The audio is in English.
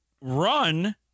run